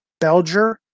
Belger